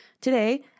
Today